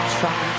try